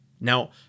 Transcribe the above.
Now